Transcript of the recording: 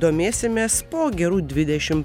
domėsimės po gerų dvidešim